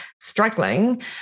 struggling